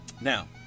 Now